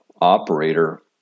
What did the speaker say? operator